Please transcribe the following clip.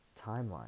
timeline